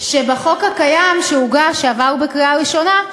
שבחוק הקיים, שהוגש לקריאה ראשונה,